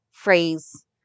phrase